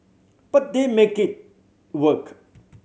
but they make it work